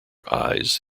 eyes